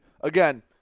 Again